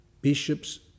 bishops